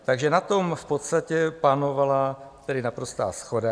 Takže na tom v podstatě panovala naprostá shoda.